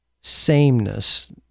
sameness